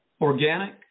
organic